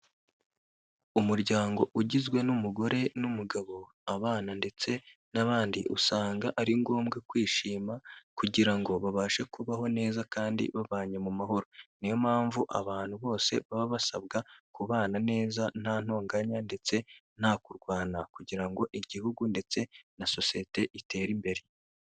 Umuryango ugizwe n'umugore n'umugabo, abana ndetse n'abandi, usanga ari ngombwa kwishima kugira ngo babashe kubaho neza kandi babanye mu mahoro. Ni yo mpamvu abantu bose baba basabwa kubana neza nta ntonganya ndetse nta kurwana kugira ngo igihugu ndetse na sosiyete bitere imbere.